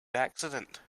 accident